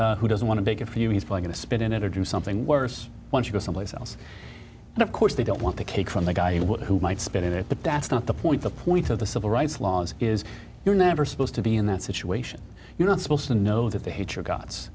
guy who doesn't want to take it for you he's going to spit in it or do something worse when you go someplace else and of course they don't want the cake from the guy who might spit in it but that's not the point the point of the civil rights laws is you're never supposed to be in that situation you know supposed to know that they hate your guts